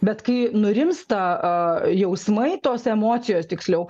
bet kai nurimsta a jausmai tos emocijos tiksliau